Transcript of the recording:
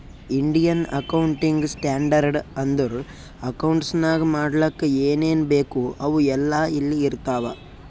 Indian accounting standard ಅಂದುರ್ accounts ನಾಗ್ ಮಾಡ್ಲಕ್ ಏನೇನ್ ಬೇಕು ಅವು ಎಲ್ಲಾ ಇಲ್ಲಿ ಇರ್ತಾವ